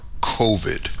COVID